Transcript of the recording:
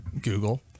Google